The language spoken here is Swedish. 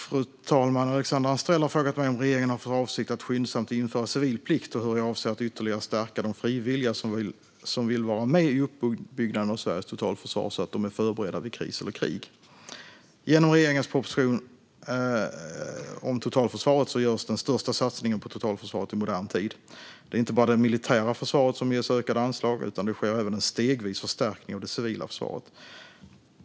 Fru talman! Alexandra Anstrell har frågat mig om regeringen har för avsikt att skyndsamt införa civilplikt och hur jag avser att ytterligare stärka de frivilliga som vill vara med i uppbyggnaden av Sveriges totalförsvar så att de är förberedda vid kris eller krig. Genom regeringens proposition 2020/21:30 Totalförsvaret 2021 - 2025 görs den största satsningen på totalförsvaret i modern tid. Det är inte bara det militära försvaret som ges ökade anslag, utan det sker även en stegvis förstärkning av det civila försvaret.